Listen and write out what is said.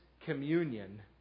communion